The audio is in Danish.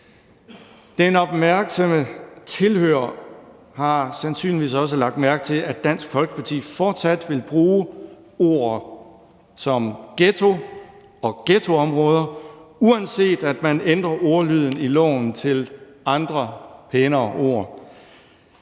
Den opmærksomme tilhører har sandsynligvis også lagt mærke til, at Dansk Folkeparti fortsat vil bruge ord som ghetto og ghettoområder, uanset at man ændrer ordlyden i loven til andre, pænere ord.